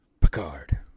Picard